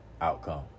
outcome